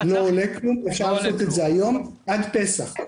זה לא עולה כלום, אפשר לעשות את זה היום עד פסח.